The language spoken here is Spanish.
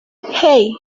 hey